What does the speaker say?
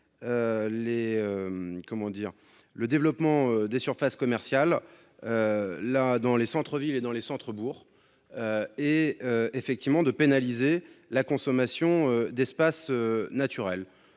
le développement des surfaces commerciales dans les centres villes et dans les centres bourgs. Il s’agit aussi de pénaliser la consommation d’espaces naturels.